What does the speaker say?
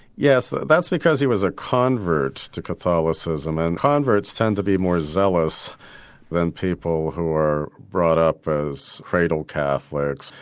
yes that's because he was a convert to catholicism and converts tend to be more zealous than people who are brought up as cradle catholics.